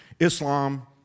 Islam